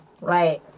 Right